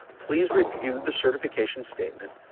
please review the certification statement,